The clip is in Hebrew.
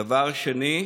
דבר שני,